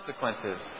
consequences